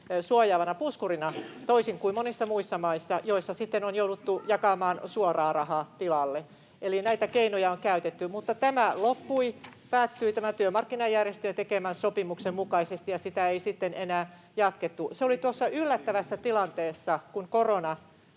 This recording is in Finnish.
suojaavana puskurina, toisin kuin monissa muissa maissa, joissa sitten on jouduttu jakamaan suoraa rahaa tilalle. Eli näitä keinoja on käytetty, mutta tämä päättyi työmarkkinajärjestöjen tekemän sopimuksen mukaisesti, ja sitä ei sitten enää jatkettu. Se oli tuossa yllättävässä tilanteessa, kun korona